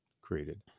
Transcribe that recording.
created